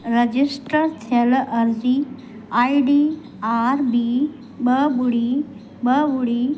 register थियलु अर्ज़ी आई डी आर बी ॿ ॿुड़ी ॿ ॿुड़ी